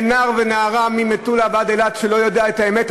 אין נער ונערה ממטולה ועד אילת שלא יודעים את האמת,